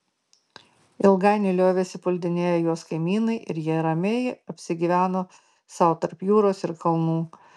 ilgainiui liovėsi puldinėję juos kaimynai ir jie ramiai apsigyveno sau tarp jūros ir kalnų